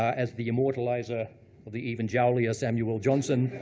as the immortalizer of the even jowlier samuel johnson,